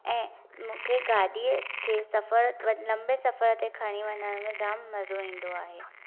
ऐं मूंखे गाडी॒अ खे सफ़र व लम्बे सफ़र ते खणी वञण में जाम मजो़ ईन्दो आहे